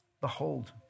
Behold